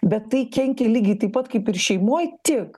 bet tai kenkia lygiai taip pat kaip ir šeimoj tik